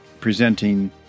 presenting